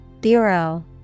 Bureau